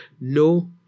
No